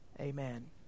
amen